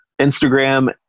Instagram